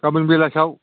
गाबोन बेलासियाव